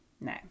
No